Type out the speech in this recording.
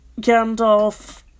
Gandalf